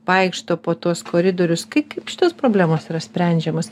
vaikšto po tuos koridorius kaip šitos problemos yra sprendžiamos